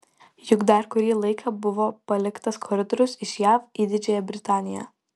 juk dar kurį laiką buvo paliktas koridorius iš jav į didžiąją britaniją